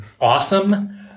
awesome